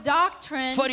doctrine